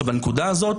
שבנקודה הזאת,